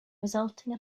resulting